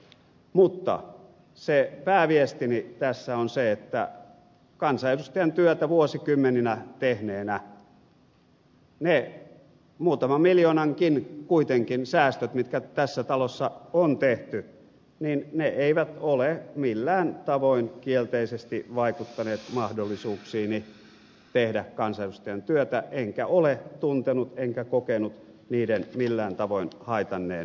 mutta se pääviestini tässä on se että kansanedustajan työtä vuosikymmeniä tehneenä kuitenkin ne muutaman miljoonankin säästöt mitkä tässä talossa on tehty eivät ole millään tavoin kielteisesti vaikuttaneet mahdollisuuksiini tehdä kansanedustajan työtä enkä ole tuntenut enkä kokenut niiden millään tavoin haitanneen työtäni